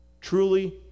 Truly